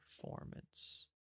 performance